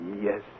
yes